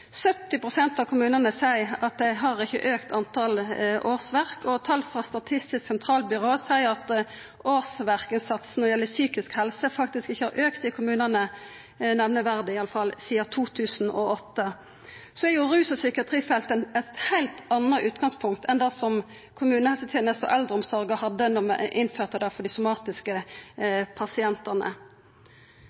av kommunane seier at dei har ikkje auka talet årsverk, og når tal frå Statistisk sentralbyrå seier at årsverksatsen når det gjeld psykisk helse, faktisk ikkje har auka i kommunane – nemneverdig, iallfall – sidan 2008, har jo rus- og psykiatrifeltet eit heilt anna utgangspunkt enn det som kommunehelsetenesta og eldreomsorga hadde da vi innførte det for dei somatiske pasientane.